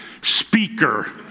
speaker